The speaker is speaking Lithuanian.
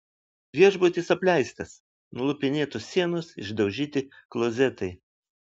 viešbutis apleistas nulupinėtos sienos išdaužyti klozetai